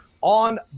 on